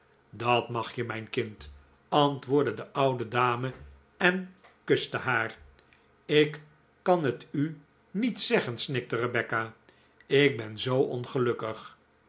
dat mag je mijn kind antwoordde de oude dame en kuste haar ik kan het u niet zeggen snikte rebecca ik ben zoo ongelukkig